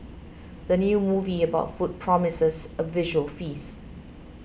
the new movie about food promises a visual feast